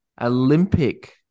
Olympic